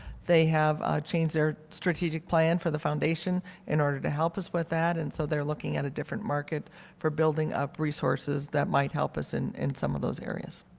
they have to ah change their strategic plan for the foundation in order to help us with that, and so they're looking at a different market for building up resources that might help us in in some of those areas.